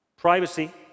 Privacy